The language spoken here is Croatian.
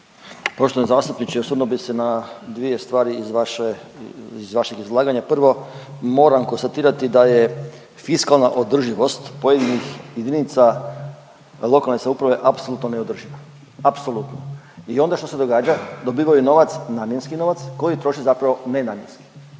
Poštovani zastupniče, osvrnuo bih se na dvije stvari iz vašeg izlaganja. Prvo, moram konstatirati da je fiskalna održivost pojedinih jedinica lokalne samouprave apsolutno neodrživa, apsolutno. I onda, što se događa? Dobivaju novac, namjenski novac koji troše zapravo nenamjenski